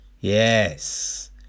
yes